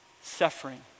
suffering